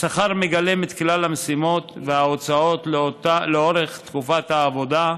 השכר מגלם את כלל המשימות וההוצאות לאורך תקופת העבודה,